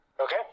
Okay